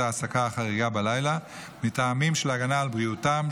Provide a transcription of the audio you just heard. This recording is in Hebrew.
ההעסקה החריגה בלילה מטעמים של ההגנה על בריאותם,